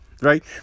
right